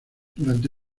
durante